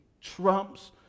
trumps